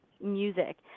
music